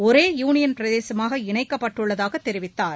ஒரே யூனியன் பிரதேசமாக இணைக்கப்பட்டுள்ளதாக தெரிவித்தார்